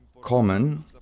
Common